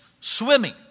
swimming